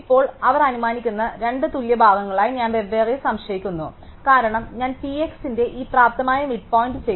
ഇപ്പോൾ അവർ അനുമാനിക്കുന്ന രണ്ട് തുല്യ ഭാഗങ്ങളായി ഞാൻ വെവ്വേറെ സംശയിക്കുന്നു കാരണം ഞാൻ P x ന്റെ ഈ പ്രാപ്തമായ മിഡ് പോയിന്റ് ചെയ്തു